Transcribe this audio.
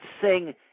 sing